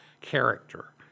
character